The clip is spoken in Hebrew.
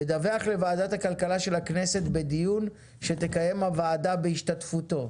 ידווח לוועדת הכלכלה של הכנסת בדיון שתקיים הוועדה בהשתתפותו.